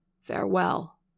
Farewell